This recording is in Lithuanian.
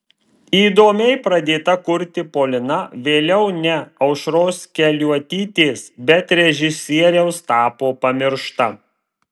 įdomiai pradėta kurti polina vėliau ne aušros keliuotytės bet režisieriaus tapo pamiršta